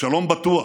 שלום בטוח.